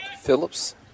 Phillips